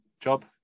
job